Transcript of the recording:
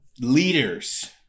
leaders